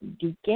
deacon